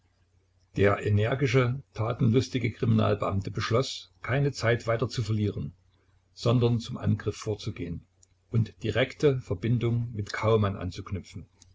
der energische tatenlustige kriminalbeamte beschloß keine zeit weiter zu verlieren sondern zum angriff vorzugehen und direkte verbindung mit kaumann anzuknüpfen